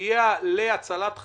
סייע להצלת חיים,